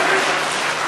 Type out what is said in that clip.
הרוסית).